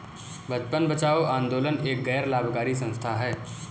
बचपन बचाओ आंदोलन एक गैर लाभकारी संस्था है